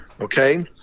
okay